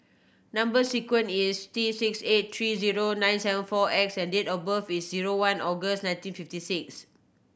number sequence is T six eight three zero nine seven four X and date of birth is zero one August nineteen fifty six